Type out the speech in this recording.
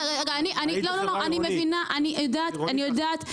אני יודעת,